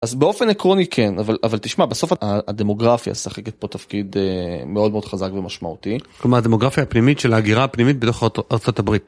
אז באופן עקרוני כן אבל אבל תשמע בסוף הדמוגרפיה משחקת פה תפקיד מאוד מאוד חזק ומשמעותי כלומר הדמוגרפיה הפנימית של ההגירה הפנימית בתוך ארה״ב.